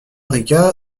rica